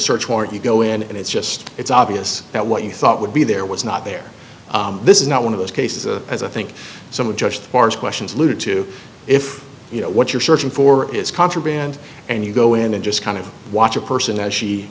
search warrant you go in and it's just it's obvious that what you thought would be there was not there this is not one of those cases as i think someone just questions alluded to if you know what you're searching for is contraband and you go in and just kind of watch a person as she